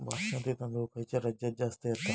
बासमती तांदूळ खयच्या राज्यात जास्त येता?